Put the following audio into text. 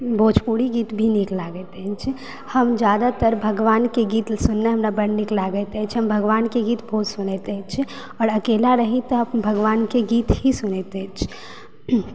भोजपुरी गीत भी नीक लागैत अछि हम ज़्यादातर भगवान के गीत सुननाइ हमरा बड़ नीक लागैत अछि हम भगवान के गीत बहुत सुनैत अछि आओर अकेला रही त भगवान के गीत ही सुनैत अछि